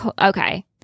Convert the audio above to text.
okay